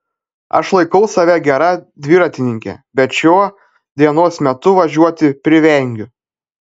aš laikau save gera dviratininke bet šiuo dienos metu važiuoti privengiu